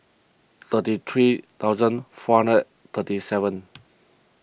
thirty three thousand four hundred thirty seven